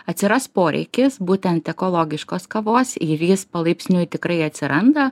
atsiras poreikis būtent ekologiškos kavos ir jis palaipsniui tikrai atsiranda